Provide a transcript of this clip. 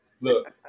Look